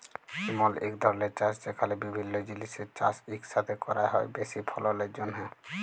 ইমল ইক ধরলের চাষ যেখালে বিভিল্য জিলিসের চাষ ইকসাথে ক্যরা হ্যয় বেশি ফললের জ্যনহে